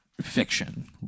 fiction